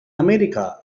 america